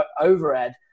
overhead